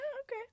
Okay